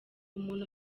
umuntu